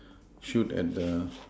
shoot at the